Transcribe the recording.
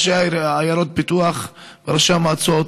ראשי עיירות הפיתוח וראשי המועצות,